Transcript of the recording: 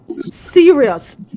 serious